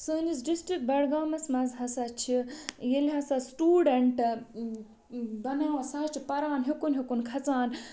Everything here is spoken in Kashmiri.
سٲنِس ڈِسٹِرٛک بَڈگامَس مَنٛز ہَسا چھِ ییٚلہِ ہَسا سٕٹوٗڈَنٛٹَن بَناوان سُہ حظ چھِ پَران ہیوٚکُن ہیوٚکُن کھسان